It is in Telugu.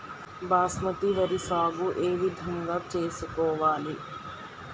బాస్మతి వరి సాగు ఏ విధంగా చేసుకోవాలి?